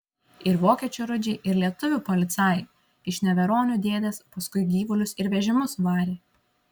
ir vokiečių rudžiai ir lietuvių policajai iš neveronių dėdės paskui gyvulius ir vežimus varė